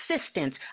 assistance